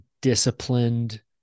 disciplined